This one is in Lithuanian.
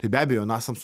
tai be abejo nasams